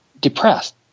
depressed